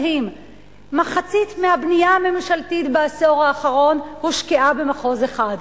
מחצית מהבנייה הממשלתית בעשור האחרון הושקעה במחוז אחד,